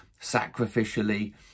sacrificially